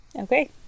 Okay